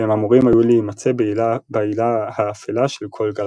והם אמורים היו להימצא בהילה האפלה של כל גלקסיה.